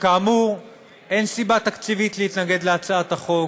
כשכאמור אין סיבה תקציבית להתנגד להצעת החוק,